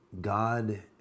God